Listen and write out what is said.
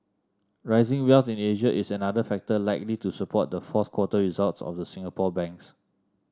rising wealth in Asia is another factor likely to support the fourth quarter results of the Singapore banks